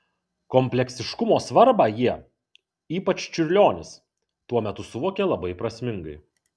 kompleksiškumo svarbą jie ypač čiurlionis tuo metu suvokė labai prasmingai